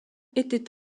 était